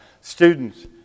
students